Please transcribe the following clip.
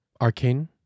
Arcane